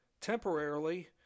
Temporarily